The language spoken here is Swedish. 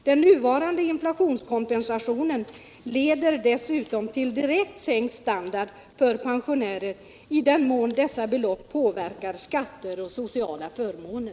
Den nuvarande inflationskompensationen leder dessutom till direkt sänkt standard för pensionärer i den mån beloppen påverkar skatter och sociala förmåner.